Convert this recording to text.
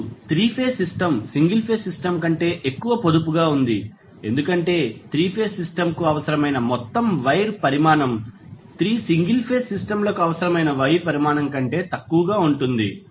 ఇప్పుడు 3 phase system single phase system కంటే ఎక్కువ పొదుపుగా ఉంది ఎందుకంటే 3 ఫేజ్ సిస్టమ్కు అవసరమైన మొత్తం వైర్ పరిమాణం 3 సింగిల్ ఫేజ్ సిస్టమ్లకు అవసరమైన వైర్ పరిమాణం కంటే తక్కువగా ఉంటుంది